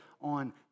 on